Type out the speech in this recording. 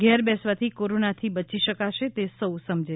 ઘેર બેસવાથી કોરોનાથી બચી શકશે તે સૌ સમજે